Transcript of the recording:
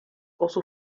also